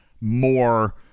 more